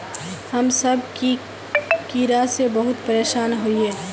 हम सब की कीड़ा से बहुत परेशान हिये?